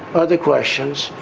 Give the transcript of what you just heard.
other questions.